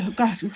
gosh.